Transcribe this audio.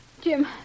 Jim